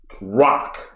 rock